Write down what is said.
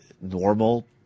normal